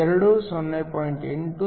2 0